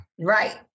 Right